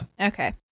Okay